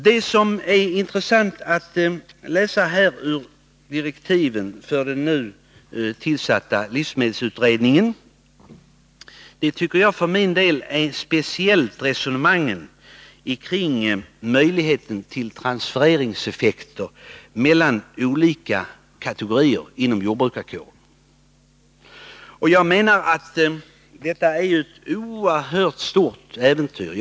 Det som är speciellt intressant att läsa ur direktiven för den nu tillsatta livsmedelsutredningen tycker jag för min del är resonemangen kring möjligheten till transfereringar mellan olika kategorier inom jordbrukarkåren. Detta är ju ett oerhört stort äventyr.